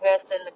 person